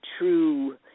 true